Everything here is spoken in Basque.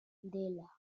dela